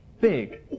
big